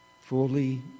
fully